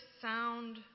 sound